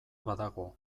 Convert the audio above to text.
badago